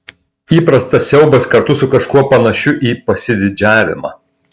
įprastas siaubas kartu su kažkuo panašiu į pasididžiavimą